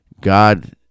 God